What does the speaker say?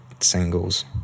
singles